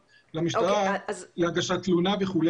ברשת.